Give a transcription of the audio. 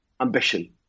ambition